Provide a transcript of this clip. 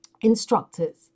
instructors